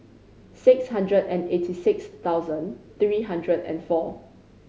six hundred and eighty six thousand three hundred and four